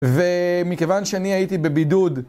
ומכיוון שאני הייתי בבידוד